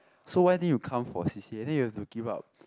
so why didn't you come for C_C_A then you have to give up